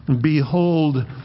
behold